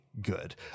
good